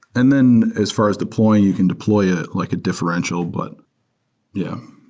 and then as far as deploying, you can deploy ah it like a differential, but yeah.